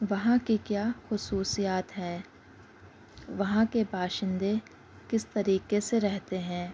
وہاں کی کیا خصوصیات ہیں وہاں کے باشندے کس طریقے سے رہتے ہیں